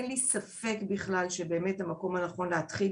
אין לי ספק בכלל שבאמת המקום הנכון להתחיל